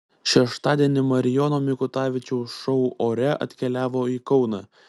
šeštadienį marijono mikutavičiaus šou ore atkeliavo į kauną